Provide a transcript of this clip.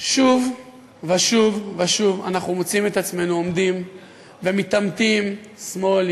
שוב ושוב ושוב אנחנו מוצאים את עצמנו עומדים ומתעמתים: שמאל,